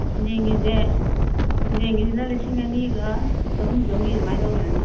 ꯁꯦꯟꯖꯦꯡꯒꯤꯁꯦ ꯁꯦꯟꯖꯦꯡꯒꯤꯁꯤꯅ ꯂꯤꯁꯤꯡ ꯑꯅꯤꯒ ꯑꯍꯨꯝ ꯆꯃꯔꯤ ꯑꯗꯨꯃꯥꯏ ꯂꯧ ꯌꯥꯅꯤ